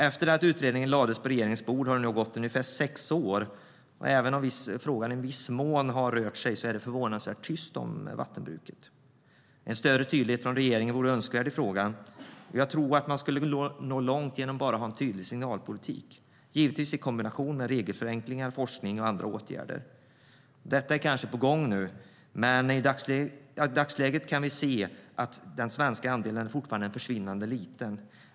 Efter att utredningen lades på regeringens bord har det gått ungefär sex år, och även om frågan i viss mån har rört sig framåt är det förvånansvärt tyst om vattenbruket. En större tydlighet från regeringen i frågan vore önskvärd. Jag tror att man skulle kunna nå långt bara genom att ha en tydlig signalpolitik, givetvis i kombination med regelförenklingar, forskning och andra åtgärder. Detta är kanske på gång nu. Men i dagsläget kan vi se att den svenska andelen fortfarande är försvinnande liten.